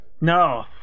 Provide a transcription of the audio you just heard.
No